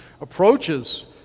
approaches